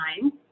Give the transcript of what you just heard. time